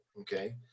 okay